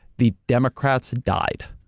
the democrats died.